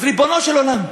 אז, ריבונו של עולם,